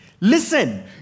listen